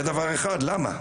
למה?